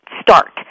start